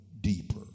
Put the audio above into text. deeper